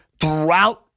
throughout